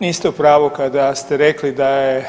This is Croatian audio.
Niste u pravu kada ste rekli da je